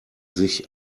sich